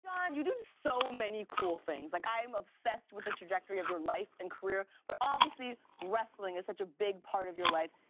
john, you do so many cool things. like, i am obsessed with the trajectory of your life and career. but obviously wrestling is such a big part of your life.